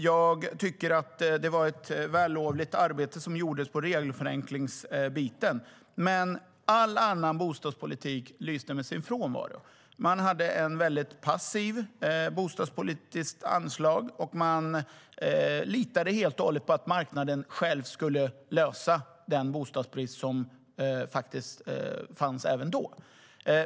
Jag tycker att det var ett vällovligt arbete som gjordes med regelförenklingsbiten, men all annan bostadspolitik lyste med sin frånvaro. Man hade ett passivt bostadspolitiskt anslag, och man litade helt och hållet på att marknaden själv skulle lösa den bostadsbrist som faktiskt fanns även då.